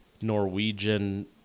Norwegian